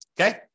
Okay